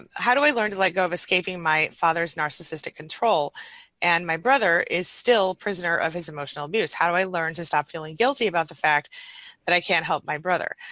and how do i learn to let go of escaping my father's narcissistic control and my brother is still prisoner of his emotional abuse. how do i learn to stop feeling guilty about the fact that i can't help my brother.